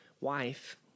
wife